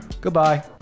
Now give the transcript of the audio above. Goodbye